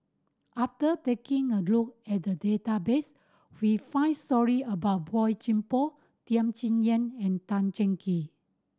after taking a look at the database we found story about Boey Chuan Poh Tham Sien Yen and Tan Cheng Kee